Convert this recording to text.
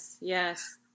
yes